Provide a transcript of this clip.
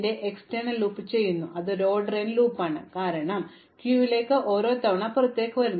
എന്നിട്ട് നമ്മൾ order n ന്റെ ബാഹ്യ ലൂപ്പ് ചെയ്യുന്നു അതിനാൽ ഇത് ഒരു ഓർഡർ n ലൂപ്പാണ് കാരണം എല്ലാം പോകുന്നു ക്യൂവിലേക്ക് ഒരുതവണ പുറത്തുവരുന്നു